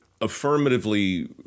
affirmatively